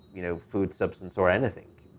you know, food substance or anything.